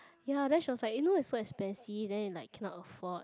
ya then she was like you know it's so expensive then it like cannot afford